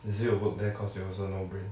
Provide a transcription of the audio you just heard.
is it you work there cause you also no brain